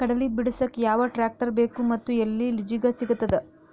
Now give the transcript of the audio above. ಕಡಲಿ ಬಿಡಸಕ್ ಯಾವ ಟ್ರ್ಯಾಕ್ಟರ್ ಬೇಕು ಮತ್ತು ಎಲ್ಲಿ ಲಿಜೀಗ ಸಿಗತದ?